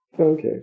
Okay